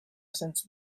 since